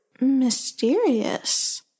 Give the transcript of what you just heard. Mysterious